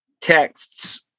texts